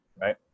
right